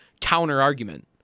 counter-argument